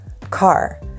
car